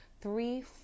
three